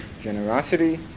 generosity